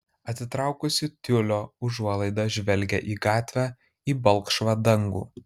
atitraukusi tiulio užuolaidą žvelgia į gatvę į balkšvą dangų